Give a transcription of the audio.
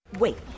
Wait